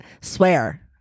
Swear